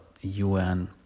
UN